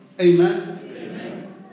Amen